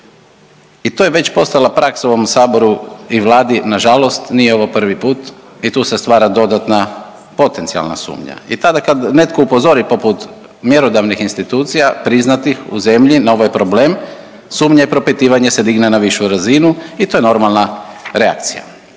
I to je već postala praksa u ovom Saboru i Vladi na žalost. Nije ovo prvi put i tu se stvara dodatna potencijalna suknja. I tada kada netko upozori poput mjerodavnih institucija, priznatih u zemlji na ovaj problem sumnja i propitivanje se digne na višu razinu i to je normalna reakcija.